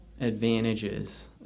advantages